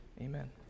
amen